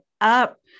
up